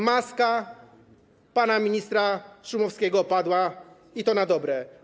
Maska pana ministra Szumowskiego opadła, i to na dobre.